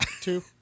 two